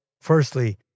Firstly